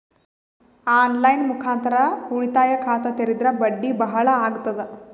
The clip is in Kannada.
ಆನ್ ಲೈನ್ ಮುಖಾಂತರ ಉಳಿತಾಯ ಖಾತ ತೇರಿದ್ರ ಬಡ್ಡಿ ಬಹಳ ಅಗತದ?